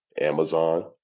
Amazon